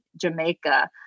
Jamaica